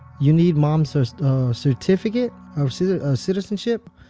you need mom's so so certificate so of citizenship?